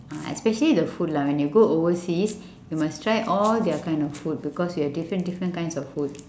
ah especially the food lah when you go overseas you must try all their kind of food because you have different different kinds of food